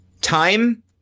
time